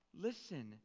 listen